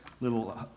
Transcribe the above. little